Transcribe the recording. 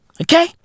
Okay